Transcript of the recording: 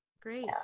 great